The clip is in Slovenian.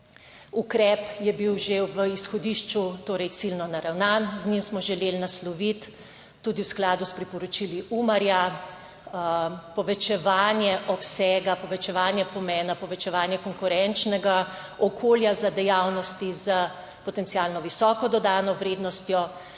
Ukrep je bil že v izhodišču torej ciljno naravnan, z njim smo želeli nasloviti tudi v skladu s priporočili Umarja povečevanje obsega, povečevanje pomena, povečevanje konkurenčnega okolja za dejavnosti s potencialno visoko dodano vrednostjo,